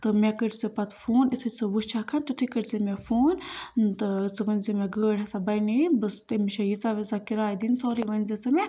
تہٕ مےٚ کٔرۍ زِ پَتہٕ فون یتھُے ژٕ وُچھیٚکھ تیٛتھُے کٔرۍ زِ مےٚ فون تہٕ ژٕ ؤنۍ زِ مےٚ گٲڑۍ ہسا بَنے بہٕ تٔمِس چھِ کِراے دِنۍ سورُے ؤنۍ زِ ژٕ مےٚ